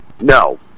no